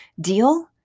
Deal